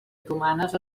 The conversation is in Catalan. otomanes